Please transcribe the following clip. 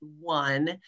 one